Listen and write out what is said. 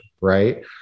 right